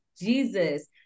jesus